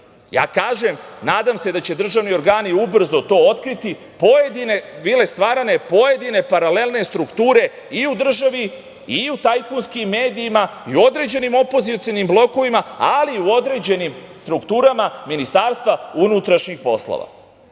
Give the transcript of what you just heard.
ja kažem, nadam se da će državni organi ubrzo to otkriti, stvarali pojedine paralelne strukture i u državi i u tajkunskim medijima i u određenim opozicionim blokovima, ali i u određenim strukturama Ministarstva unutrašnjih poslova. Nadam